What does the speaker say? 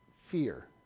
fear